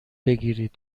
بگیرید